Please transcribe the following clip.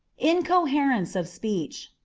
incoherence of speech.